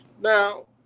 Now